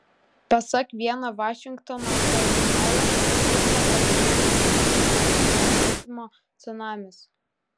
pasak vieno vašingtono kardinolo viską pakeliui naikina sekuliarizmo cunamis